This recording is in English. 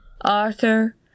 Arthur